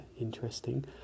interesting